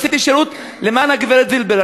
עשיתי שירות למען הגברת זילבר,